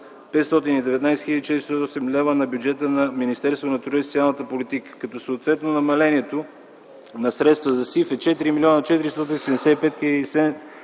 хил. 408 лв. на бюджета на Министерството на труда и социалната политика, като съответно намалението на средства за СИФ е 4 млн. 475 хил.